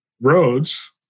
roads